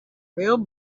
real